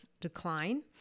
decline